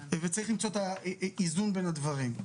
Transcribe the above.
וצריך למצוא את האיזון בין הדברים.